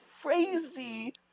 crazy